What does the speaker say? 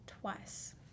twice